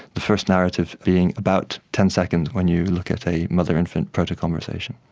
the first narrative being about ten seconds when you look at a mother-infant proto-conversation.